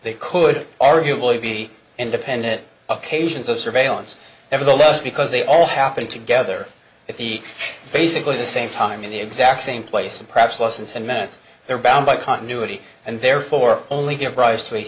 they could arguably be independent occasions of surveillance nevertheless because they all happen together at the basically the same time in the exact same place and perhaps less than ten minutes they are bound by continuity and therefore only give rise to